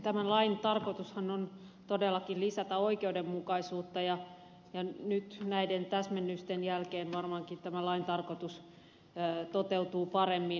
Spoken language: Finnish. tämän lain tarkoitushan on todellakin lisätä oikeudenmukaisuutta ja nyt näiden täsmennysten jälkeen tämä lain tarkoitus toteutuu varmaankin paremmin